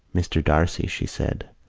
mr. d'arcy, she said,